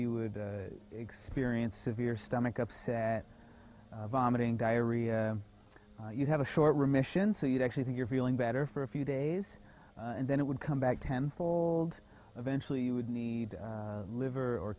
you would experience of your stomach upset vomiting diarrhea you have a short remission so you actually think you're feeling better for a few days and then it would come back tenfold eventually you would need a liver or